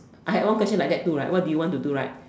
I had one question like that too right what did you want to do right